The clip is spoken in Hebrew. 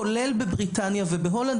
כולל בבריטניה ובהולנד,